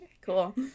cool